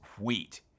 wheat